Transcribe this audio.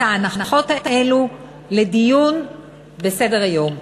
את ההנחות האלו לדיון בסדר-היום.